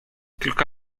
tylko